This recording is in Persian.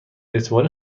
اعتباری